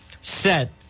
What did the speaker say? set